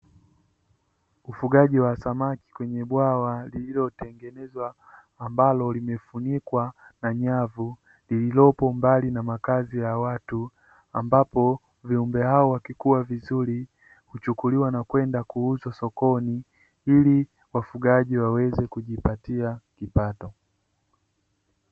Ufugaji wa samaki kwenye bwawa lililotengenezwa ambalo limefunikwa na nyavu lililopo mbali na makazi ya watu, ambapo viumbe hao wakikua vizuri huchukuliwa na kwenda kuuzwa sokoni ili wafugaji waweze kujipatia kipato.